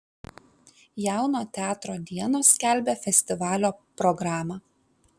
jauno teatro dienos skelbia festivalio programą